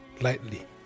lightly